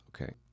Okay